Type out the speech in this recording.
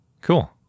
Cool